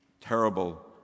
terrible